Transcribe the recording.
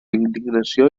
indignació